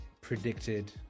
predicted